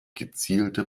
gezielte